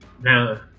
No